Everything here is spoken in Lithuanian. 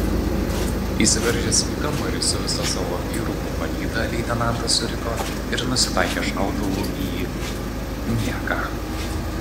įsiveržęs į kambarį su visa savo vyrukų palyda leitenantas suriko ir nusitaikė šautuvu į nieką